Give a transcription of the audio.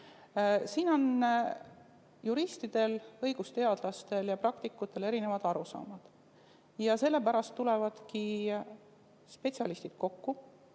Siin on juristidel, õigusteadlastel ja praktikutel erinevad arusaamad. Sellepärast tulevadki spetsialistid 19.